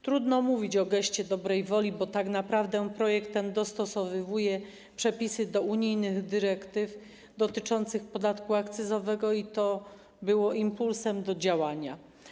Trudno mówić o geście dobrej woli, bo tak naprawdę projekt ten dostosowuje przepisy do unijnych dyrektyw dotyczących podatku akcyzowego i to było impulsem do działania.